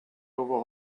over